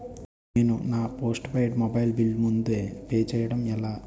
నేను నా postpaid mobile bill ముందే పే చేయడం ఎలా?